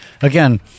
again